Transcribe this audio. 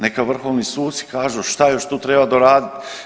Neka vrhovni suci kažu šta još tu treba doradit.